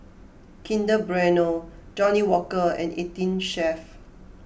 Kinder Bueno Johnnie Walker and eighteen Chef